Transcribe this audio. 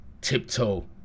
tiptoe